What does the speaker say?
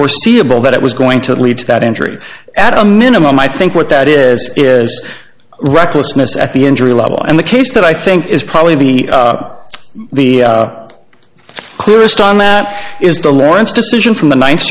foreseeable that it was going to lead to that injury at a minimum i think what that is recklessness at the injury level and the case that i think is probably the the clearest on that is the lawrence decision from the ninth